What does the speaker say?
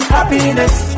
Happiness